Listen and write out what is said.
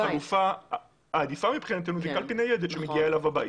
החלופה העדיפה מבחינתנו היא קלפי ניידת שמגיעה אליו הביתה.